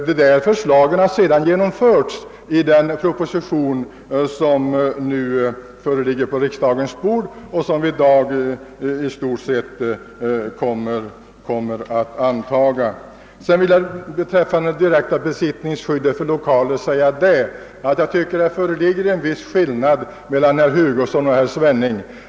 Dessa förslag återfinns också i den proposition som nu ligger på riksdagen bord, och som vi i dag i stort sett kommer att antaga. Beträffande det direkta besittningsskyddet för lokaler vill jag säga att det föreligger en viss skillnad mellan uppfattningarna hos herr Hugosson och herr Svenning.